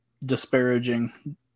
disparaging